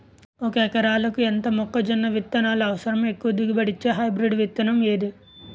ఒక ఎకరాలకు ఎంత మొక్కజొన్న విత్తనాలు అవసరం? ఎక్కువ దిగుబడి ఇచ్చే హైబ్రిడ్ విత్తనం ఏది?